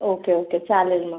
okay okay चालेल मग